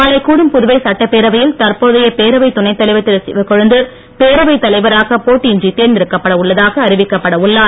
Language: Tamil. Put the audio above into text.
நாளை கூடும் புதுவை சட்டப்பேரவையில் தற்போதை பேரவை துணைத் தலைவர் திரு சிவக்கொழுந்து பேரவை தலைவராக போட்டியின்றி தேர்ந்தெடுக்கப்பட உள்ளதாக அறிவிக்கப்பட உள்ளார்